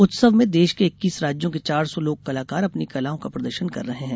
उत्सव में देश के इक्कीस राज्यों के चार सौ लोक कलाकार अपनी कलाओ का प्रदर्शन कर रहे है